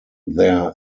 their